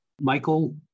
Michael